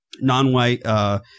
non-white